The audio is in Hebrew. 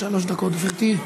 שלוש דקות, גברתי.